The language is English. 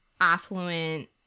affluent